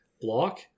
block